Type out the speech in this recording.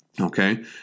Okay